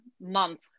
month